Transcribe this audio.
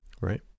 right